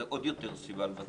זו עוד יותר סיבה לבטל.